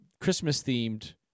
Christmas-themed